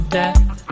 death